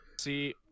See